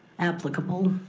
applicable.